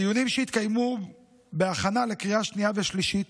בדיונים שהתקיימו בהכנה לקריאה שנייה ושלישית